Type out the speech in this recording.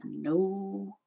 no